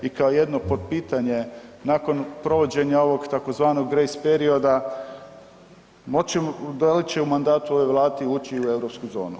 I kao jedno potpitanje, nakon provođenja ovog tzv. grejs perioda moći, da li će u mandatu ove vlade ući u europsku zonu?